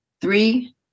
Three